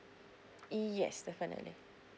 yes definitely